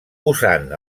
usant